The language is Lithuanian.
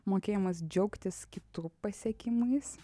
mokėjimas džiaugtis kitų pasiekimais